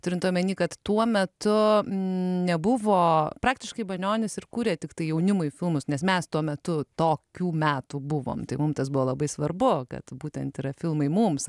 turint omeny kad tuo metu nebuvo praktiškai banionis ir kūrė tiktai jaunimui filmus nes mes tuo metu tokių metų buvom tai mum tas buvo labai svarbu kad būtent tai yra filmai mums